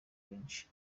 benshi